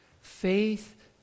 faith